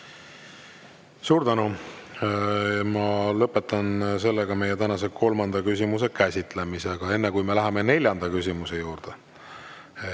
Suur tänu! Ma lõpetan meie tänase kolmanda küsimuse käsitlemise. Aga enne, kui me läheme neljanda küsimuse juurde: